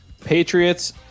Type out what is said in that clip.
Patriots